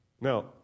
Now